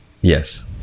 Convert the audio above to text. Yes